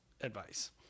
advice